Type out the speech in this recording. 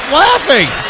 laughing